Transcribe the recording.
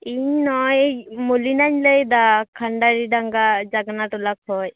ᱤᱧ ᱱᱚᱭ ᱢᱚᱱᱤᱞᱟᱧ ᱞᱟ ᱭᱮᱫᱟ ᱠᱷᱟᱱᱰᱟ ᱰᱟᱝᱜᱟ ᱡᱟᱜᱽᱱᱟ ᱴᱚᱞᱟ ᱠᱷᱚᱱ